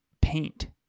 Paint